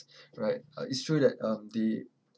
right uh it's true that um the